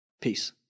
Peace